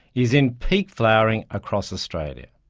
is in peak flowering across australia.